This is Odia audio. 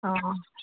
ହଁ